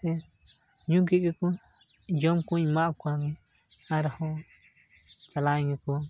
ᱥᱮ ᱧᱩ ᱠᱮᱜ ᱜᱮᱠᱚ ᱡᱚᱢ ᱠᱚᱧ ᱮᱢᱟᱣ ᱠᱚᱣᱟ ᱟᱨᱦᱚᱸ ᱪᱟᱞᱟᱣᱮᱱ ᱜᱮᱠᱚ